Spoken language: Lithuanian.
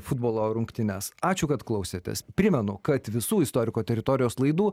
futbolo rungtynes ačiū kad klausėtės primenu kad visų istoriko teritorijos laidų